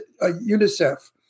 UNICEF